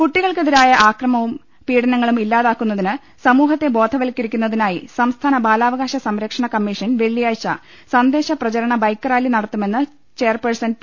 കുട്ടികൾക്കെതിരായ അക്രമവും പീഡനങ്ങളും ഇല്ലാതാക്കുന്നതിന് സമൂഹത്തെ ബോധവൽക്കരിക്കുന്ന തിനായി സംസ്ഥാന ബാലാവകാശ സംരക്ഷണ കമ്മീഷൻ വെള്ളിയാഴ്ച സന്ദേശ പ്രചരണ ബൈക്ക് റാലി നടത്തുമെന്ന് ചെയർ പേഴ്സൺ പി